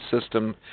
system